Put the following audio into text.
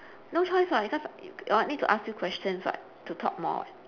no choice [what] because I need to ask your questions [what] to talk more